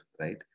right